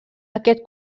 aquest